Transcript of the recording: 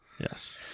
Yes